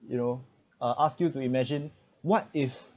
you know uh ask you to imagine what if